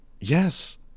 Yes